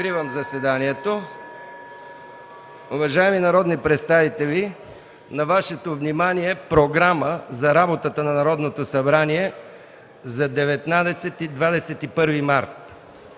Откривам заседанието. Уважаеми народни представители, на Вашето внимание е Програма за работата на Народното събрание за периода 19-21 март